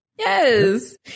Yes